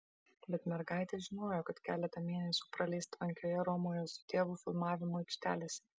bet mergaitė žinojo kad keletą mėnesių praleis tvankioje romoje su tėvu filmavimo aikštelėse